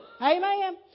Amen